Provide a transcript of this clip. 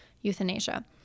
euthanasia